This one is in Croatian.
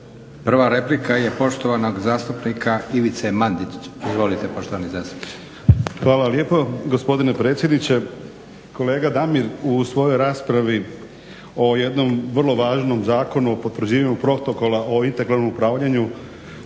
Prva replika je poštovanog zastupnika Ivice Mandića. Izvolite poštovani zastupniče. **Mandić, Ivica (HNS)** Hvala lijepo gospodine predsjedniče. Kolega Damir u svojoj raspravi o jednom vrlo važnom Zakonu o potvrđivanju Protokola o integralnom upravljanju